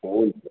हुन्छ